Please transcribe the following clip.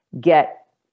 get